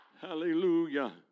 Hallelujah